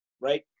right